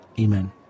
Amen